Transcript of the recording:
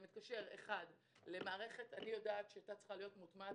זה מתקשר להרבה דברים למערכת שאני יודעת שהיתה צריכה להיות מוטמעת,